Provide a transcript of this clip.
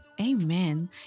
amen